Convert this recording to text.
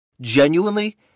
genuinely